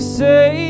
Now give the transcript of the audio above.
say